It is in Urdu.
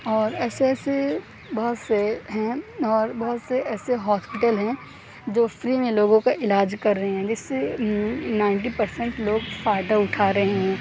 اور ایسے ایسے بہت سے ہیں اور بہت سے ایسے ہاسپیٹل ہیں جو فری میں لوگوں کا علاج کر رہے ہیں جس سے نائنٹی پرسینٹ لوگ فائدہ اٹھا رہے ہیں